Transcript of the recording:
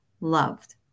loved